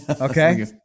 Okay